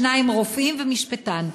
שניים רופאים ומשפטן.